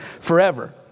forever